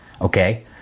okay